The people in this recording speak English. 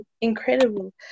incredible